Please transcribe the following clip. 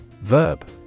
Verb